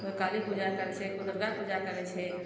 कोइ काली पूजा करय छै कोइ दुर्गापूजा करय छै